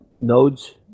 nodes